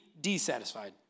dissatisfied